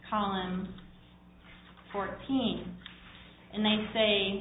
columns fourteen and they say